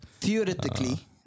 Theoretically